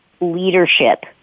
leadership